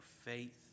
faith